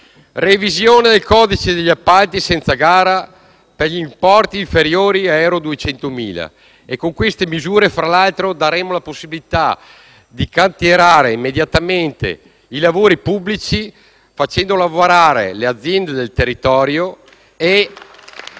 revisione del codice degli appalti senza gara per gli importi inferiori a 200.000 euro. Con queste misure, tra l'altro, daremo la possibilità di cantierare immediatamente i lavori pubblici facendo lavorare le aziende del territorio e